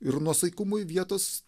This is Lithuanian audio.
ir nuosaikumui vietos